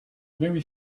very